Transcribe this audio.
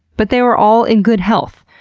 but they were all in good health.